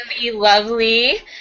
lovely